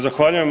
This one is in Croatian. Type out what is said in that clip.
zahvaljujem.